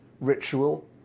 ritual